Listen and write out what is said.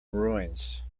ruins